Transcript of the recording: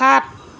সাত